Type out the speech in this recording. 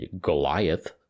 goliath